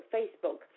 Facebook